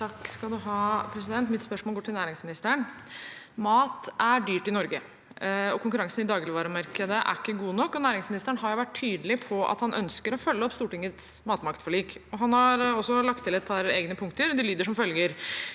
(H) Mitt spørs- mål går til næringsministeren. Mat er dyrt i Norge. Konkurransen i dagligvaremarkedet er ikke god nok, og næringsministeren har vært tydelig på at han ønsker å følge opp Stortingets matmaktforlik. Han har også lagt til et par egne punkter, og de lyder som følger: